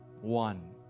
one